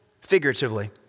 figuratively